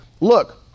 Look